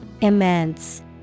Immense